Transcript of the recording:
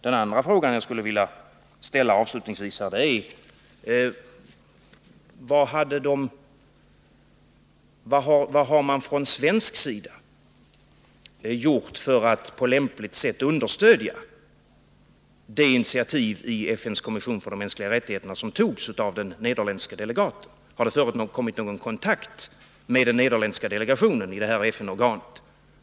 Den andra frågan som jag avslutningsvis skulle vilja ställa är: Vad har man från svensk sida gjort för att på lämpligt sätt understödja det initiativ i FN:s kommission för de mänskliga rättigheterna som togs av den nederländske delegaten? Har det förekommit någon kontakt med den nederländska delegationen i det här FN-organet?